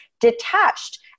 detached